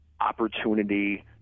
opportunity